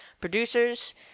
producers